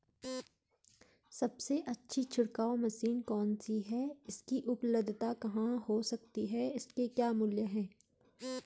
सबसे अच्छी छिड़काव मशीन कौन सी है इसकी उपलधता कहाँ हो सकती है इसके क्या मूल्य हैं?